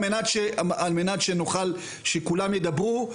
על מנת שנוכל שכולם ידברו,